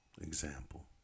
example